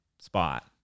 spot